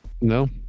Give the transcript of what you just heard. No